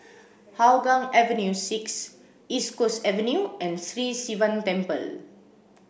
Hougang Avenue six East Coast Avenue and Sri Sivan Temple